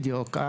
בדיוק.